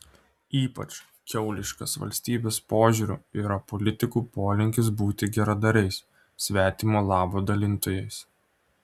ypač kiauliškas valstybės požiūriu yra politikų polinkis būti geradariais svetimo labo dalintojais